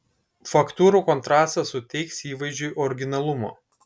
faktūrų kontrastas suteiks įvaizdžiui originalumo